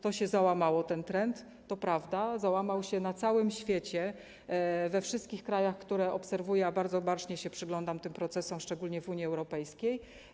To się załamało, załamał się ten trend, to prawda, załamał się na całym świecie, we wszystkich krajach, które obserwuję, a bardzo bacznie się przyglądam tym procesom, szczególnie w Unii Europejskiej.